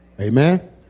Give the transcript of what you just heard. Amen